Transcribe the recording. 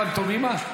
פנטומימה?